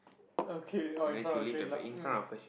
okay all in front of the train lah mm